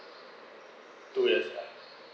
two years time